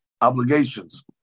obligations